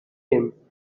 him